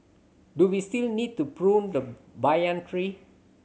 do we still need to prune the banyan tree